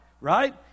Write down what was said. right